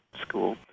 school